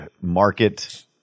market